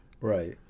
right